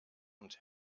und